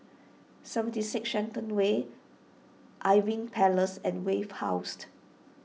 seventy six Shenton Way Irving Place and Wave Housed